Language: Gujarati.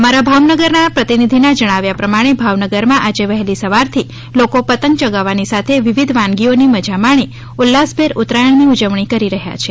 અમારા ભાવનગરના પ્રતિનિધિના જણાવ્યા પ્રમાણે ભાવનગરમાં આજે વહેલી સવારથી લોકો પતંગ યગાવાની સાથે વિવિધ વાનગીઓની મજા માણી ઉલ્લાસભેર ઉતરાયણની ઉજવણી કરી રહ્યા છે